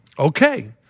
Okay